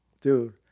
dude